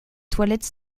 toilettes